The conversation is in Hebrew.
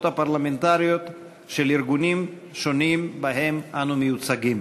הפרלמנטריות של הארגונים השונים שבהם אנו מיוצגים.